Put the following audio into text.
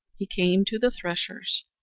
he came to the threshers.